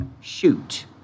shoot